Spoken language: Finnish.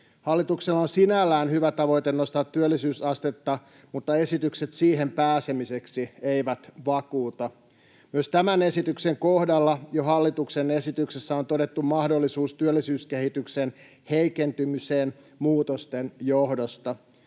Hallituksella on sinällään hyvä tavoite nostaa työllisyysastetta, mutta esitykset siihen pääsemiseksi eivät vakuuta. Myös tämän esityksen kohdalla jo hallituksen esityksessä on todettu mahdollisuus työllisyyskehityksen heikentymiseen muutosten johdosta.